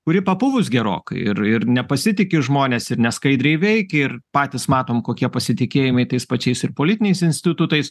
kuri papuvus gerokai ir ir nepasitiki žmonės ir neskaidriai veikia ir patys matom kokie pasitikėjimai tais pačiais ir politiniais institutais